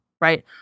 right